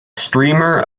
streamer